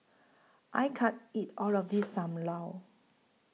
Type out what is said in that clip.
I can't eat All of This SAM Lau